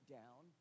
down